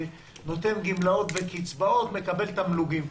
שנותן גמלאות וקצבאות ומקבל תמלוגים.